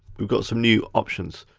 we've got some new options.